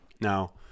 now